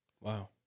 wow